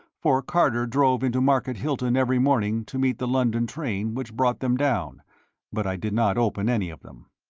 for carter drove into market hilton every morning to meet the london train which brought them down but i did not open any of them.